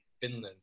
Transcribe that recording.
Finland